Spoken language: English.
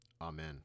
Amen